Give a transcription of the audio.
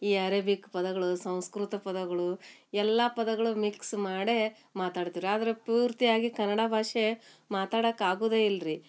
ಈ ಅರೇಬಿಕ್ ಪದಗಳು ಸಂಸ್ಕೃತ ಪದಗಳು ಎಲ್ಲ ಪದಗಳು ಮಿಕ್ಸ್ ಮಾಡೇ ಮಾತಾಡ್ತೀರಿ ಆದರೆ ಪೂರ್ತಿಯಾಗಿ ಕನ್ನಡ ಭಾಷೆ ಮಾತಾಡಕ್ಕೆ ಆಗೋದೇ ಇಲ್ಲ ರೀ